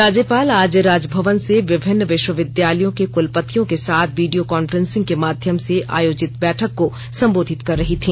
राज्यपाल आज राजभवन से विभिन्न विश्वविद्यालयों के कलपतियों के साथ वीडियो कांफ्रेसिंग के माध्यम से आयोजित बैठक को संबोधित कर रही थी